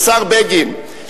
השר בגין,